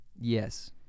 Yes